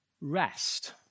rest